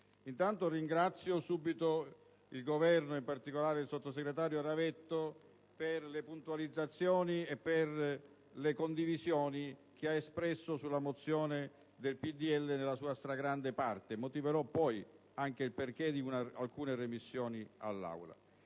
Innanzitutto ringrazio il Governo, in particolare la sottosegretario Ravetto, per le puntualizzazioni e le condivisioni espresse sulla mozione del PdL nella sua stragrande parte. Motiverò in seguito il perché di alcune remissioni all'Aula.